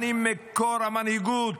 אני מקור המנהיגות,